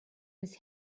his